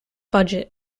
budget